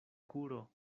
kuro